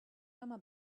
mama